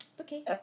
Okay